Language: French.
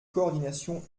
coordination